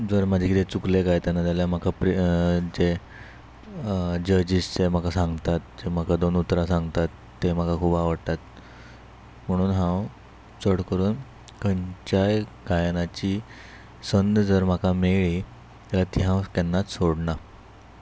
जर म्हाजें कितें चुकले गायतना जाल्यार म्हाका जे जजीस जे म्हाका सांगतात जे म्हाका दोन उतरां सांगतात ते म्हाका खूब आवडटात म्हणून हांव चड करून खंयच्याय गायनाची संद जर म्हाका मेळ्ळी जाल्यार ती हांव केन्नाच सोडना